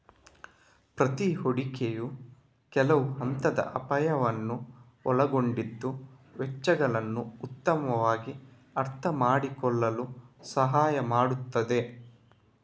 ಪ್ರತಿ ಹೂಡಿಕೆಯು ಕೆಲವು ಹಂತದ ಅಪಾಯವನ್ನ ಒಳಗೊಂಡಿದ್ದು ವೆಚ್ಚಗಳನ್ನ ಉತ್ತಮವಾಗಿ ಅರ್ಥಮಾಡಿಕೊಳ್ಳಲು ಸಹಾಯ ಮಾಡ್ತದೆ